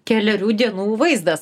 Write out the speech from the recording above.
kelerių dienų vaizdas